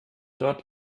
dort